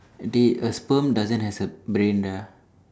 dey a sperm doesn't has a brain ah